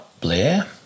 Blair